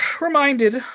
reminded